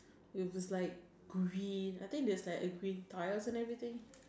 it was like green I think that's like a green Tyre and everything